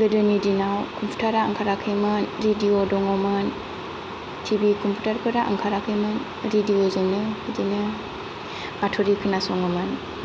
गोदोनि दिनाव कमपिउटारा ओंखाराखैमोन रेडिय' दङमोन टि भि कमपिउटारा ओंखाराखैमोन रेडिय' जोंनो बिदिनो बाथ'रि खोना सङोमोन